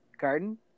garden